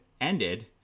ended